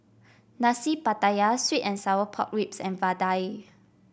Nasi Pattaya sweet and Sour Pork Ribs and vadai